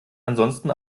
ansonsten